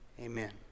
Amen